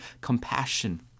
compassion